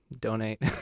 donate